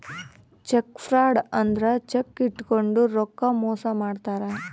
check fraud ಅಂದ್ರ check ಇಟ್ಕೊಂಡು ರೊಕ್ಕ ಮೋಸ ಮಾಡ್ತಾರ